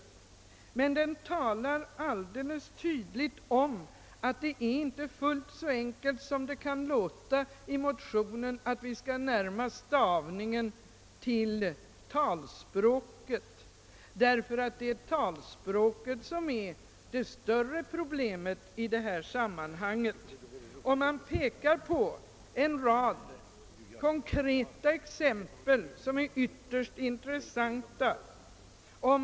Akademien talar alldeles tydligt om, att det inte är fullt så enkelt som det låter, när man i motionen talar om att vi skall närma stavningen till talspråket; det är talspråket, som är det större problemet i detta sammanhang. Man ger en rad konkreta exempel som är ytterst intressanta.